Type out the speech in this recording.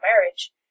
marriage